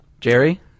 Jerry